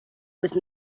with